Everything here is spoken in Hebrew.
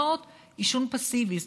800 מעישון פסיבי.